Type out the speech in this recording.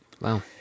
Wow